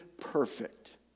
perfect